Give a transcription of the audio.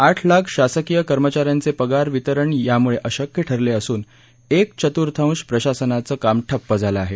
आठ लाख शासकीय कर्मचा यांचे पगार वितरण त्यामुळे अशक्य ठरून एक चतुर्थांश प्रशासनचं ठप्प झाले आहे